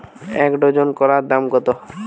এক ডজন কলার দাম কত?